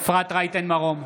אפרת רייטן מרום,